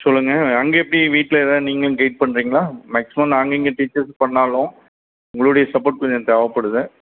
சொல்லுங்க அங்கே எப்படி வீட்லெலாம் நீங்கள் கைட் பண்ணுறீங்களா மேக்ஸிமம் நாங்கள் இங்கே டீச்சர்ஸ் பண்ணிணாலும் உங்களுடைய சப்போர்ட் கொஞ்சம் தேவைப்படுது